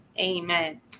Amen